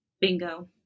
Bingo